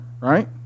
right